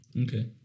Okay